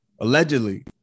allegedly